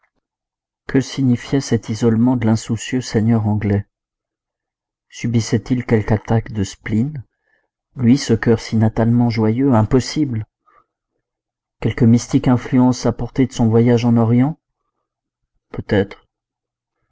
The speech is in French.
que signifiait cet isolement de l'insoucieux seigneur anglais subissait il quelque attaque de spleen lui ce cœur si natalement joyeux impossible quelque mystique influence apportée de son voyage en orient peut-être